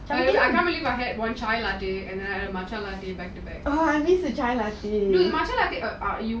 oh I miss the chai latte